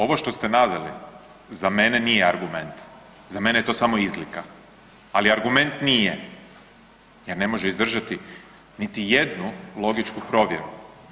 Ovo što ste naveli za mene nije argument, za mene je to samo izlika, ali argument nije jer ne može izdržati niti jednu logičku provjeru.